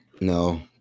no